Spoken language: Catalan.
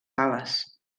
ales